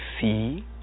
see